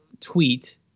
tweet